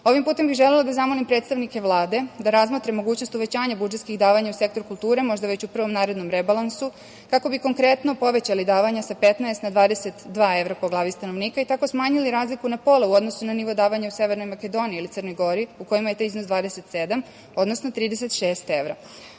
putem bih želela da zamolim predstavnike Vlade da razmotre mogućnost uvećanja budžetskih davanja u sektoru kulture, možda već u prvom narednom rebalansu, kako bi konkretno povećali davanja sa 15 na 22 evra po glavi stanovnika i tako smanjili razliku na pola u odnosu na nivo davanja u Severnoj Makedoniji ili Crnoj Gori, u kojima je taj iznos 27, odnosno 36